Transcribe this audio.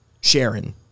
Sharon